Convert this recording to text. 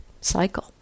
cycle